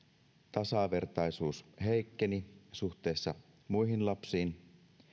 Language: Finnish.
tasavertaisuus heikkeni suhteessa muihin lapsiin